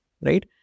right